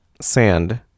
sand